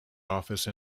office